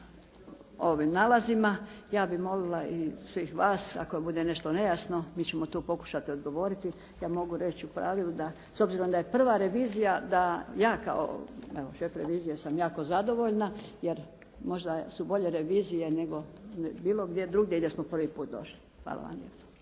ovim nalazima. Ja bih molila i svih vas ako bude nešto nejasno, mi ćemo to pokušati odgovoriti. Ja mogu reći u pravilu da s obzirom da je prva revizija, da ja kao evo šef revizije sam jako zadovoljna, jer možda su bolje revizije nego bilo gdje drugdje gdje smo prvi puta došli. Hvala vam lijepo.